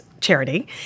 charity